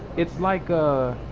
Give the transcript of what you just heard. it's like ah